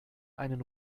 einen